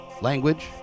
language